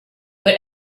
but